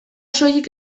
soilik